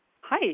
Hi